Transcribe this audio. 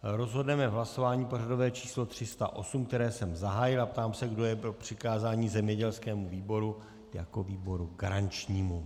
Rozhodneme v hlasování pořadové číslo 308, které jsem zahájil, a ptám se, kdo je pro přikázání zemědělskému výboru jako výboru garančnímu.